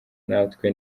natwe